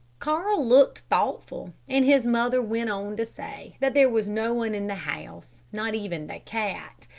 carl looked thoughtful, and his mother went on to say that there was no one in the house, not even the cat,